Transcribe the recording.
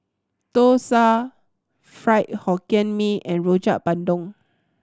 dosa Fried Hokkien Mee and Rojak Bandung